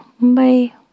Bye